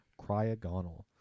Cryogonal